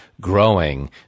growing